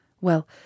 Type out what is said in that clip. Well